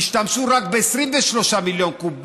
השתמשו רק ב-23 מיליון קוב מים.